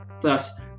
thus